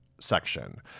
section